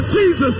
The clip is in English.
Jesus